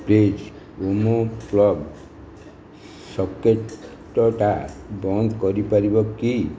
ଟେଜ୍ ୱମୋ ପ୍ଲଗ୍ ସକେଟଟା ବନ୍ଦ କରିପାରିବ କି